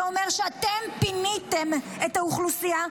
זה אומר שאתם פיניתם את האוכלוסייה,